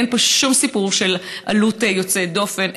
אין פה שום סיפור של עלות יוצאת דופן.